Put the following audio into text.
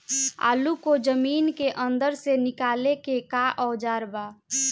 आलू को जमीन के अंदर से निकाले के का औजार बा?